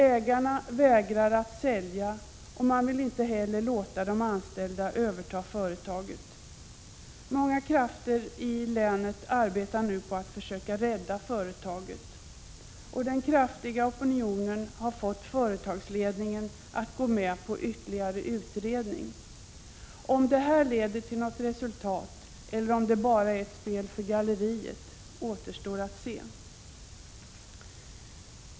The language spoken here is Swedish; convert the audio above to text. Ägarna vägrar att sälja och vill inte heller låta de anställda överta företaget. Många krafter i länet arbetar nu på att försöka rädda företaget. Den kraftiga opinionen har fått företagsledningen att gå med på ytterligare utredning. Om detta leder till något resultat eller bara är ett spel för galleriet återstår att se.